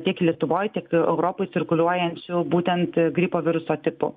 tiek lietuvoj tik europoj cirkuliuojančių būtent gripo viruso tipų